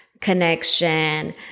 connection